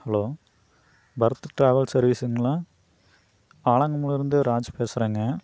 hello Bharat travel சர்வீஸுங்களா இருந்து ராஜ் பேசுறேங்க